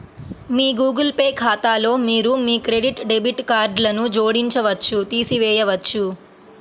మీ Google Pay ఖాతాలో మీరు మీ క్రెడిట్, డెబిట్ కార్డ్లను జోడించవచ్చు, తీసివేయవచ్చు